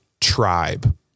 tribe